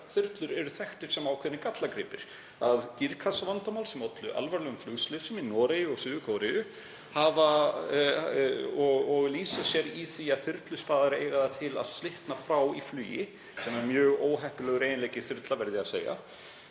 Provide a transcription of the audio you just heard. þyrlur eru þekktar sem ákveðnir gallagripir. Gírkassavandamál ollu alvarlegum flugslysum í Noregi og Suður-Kóreu og lýsa sér í því að þyrluspaðar eiga það til að slitna frá í flugi sem er mjög óheppilegur eiginleiki fyrir þyrlu, verð ég að segja.